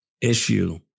issue